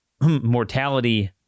mortality